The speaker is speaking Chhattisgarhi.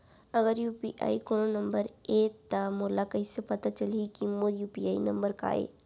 अगर यू.पी.आई कोनो नंबर ये त मोला कइसे पता चलही कि मोर यू.पी.आई नंबर का ये?